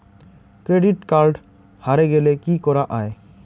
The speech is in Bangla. ক্রেডিট কার্ড হারে গেলে কি করা য়ায়?